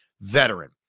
veteran